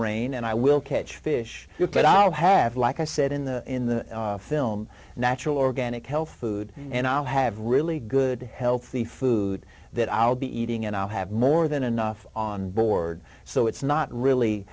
rain and i will catch fish but i have like i said in the in the film natural organic health food and i have really good healthy food that i'll be eating and i have more than enough on board so it's not really